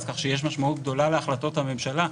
כך שיש משמעות גדולה להחלטות הממשלה.